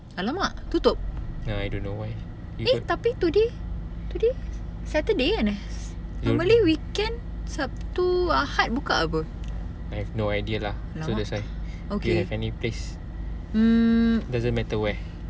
!alamak! tutup eh tapi today today saturday kan normally weekend sabtu ahad buka apa okay mm